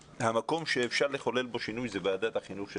המקום שאפשר לחולל בו שינוי זה ועדת החינוך של